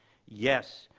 yes.